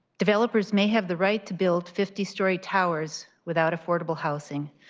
developers may have the right to build fifty story towers without affordable housing.